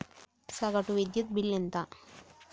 సగటు విద్యుత్ బిల్లు ఎంత?